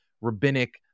rabbinic